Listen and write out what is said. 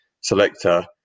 selector